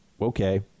okay